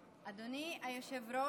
אדוני היושב-ראש,